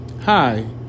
Hi